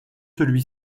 celui